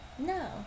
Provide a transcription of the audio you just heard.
No